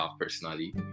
personally